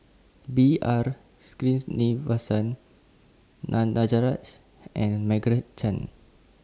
B R Sreenivasan Danaraj and Margaret Chan